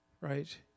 Right